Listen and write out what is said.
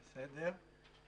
אני נתי שוברט.